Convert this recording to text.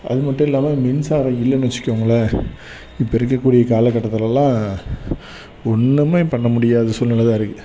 அது மட்டும் இல்லாமல் மின்சாரம் இல்லைன்னு வச்சுக்கோங்களேன் இப்போ இருக்கக்கூடிய காலகட்டத்துலேலாம் ஒன்றுமே பண்ண முடியாத சூழ்நிலைதான் இருக்குது